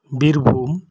Birbhum